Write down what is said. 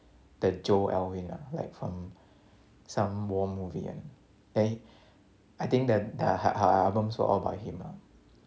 the joe alwyn ah like from some war movie eh then I think that the her her her albums were all by him lah